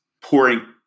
pouring